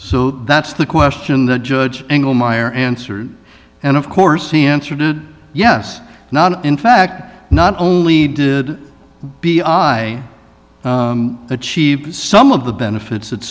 so that's the question the judge angle meyer answered and of course he answered it yes not in fact not only did b r i achieve some of the benefits